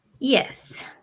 Yes